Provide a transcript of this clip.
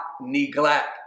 neglect